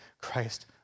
Christ